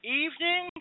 evening